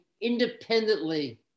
independently